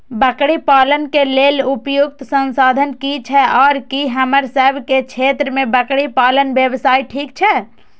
बकरी पालन के लेल उपयुक्त संसाधन की छै आर की हमर सब के क्षेत्र में बकरी पालन व्यवसाय ठीक छै?